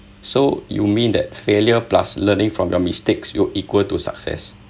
so you mean that failure plus learning from your mistakes will equal to success